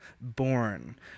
born